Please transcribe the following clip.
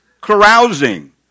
carousing